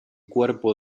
cuerpo